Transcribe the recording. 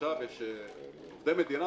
עכשיו עובדי מדינה,